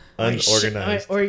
Unorganized